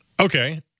okay